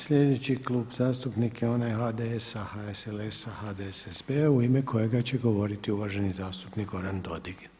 Sljedeći je Klub zastupnika onaj HDS-a HSLS-a HDSSB-a u ime kojega će govoriti uvaženi zastupnik Goran Dodig.